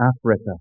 Africa